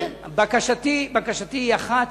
בקשתי היא אחת,